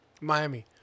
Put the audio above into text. Miami